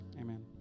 Amen